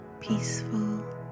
peaceful